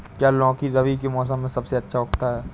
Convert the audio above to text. क्या लौकी रबी के मौसम में सबसे अच्छा उगता है?